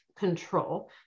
control